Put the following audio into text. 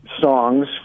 songs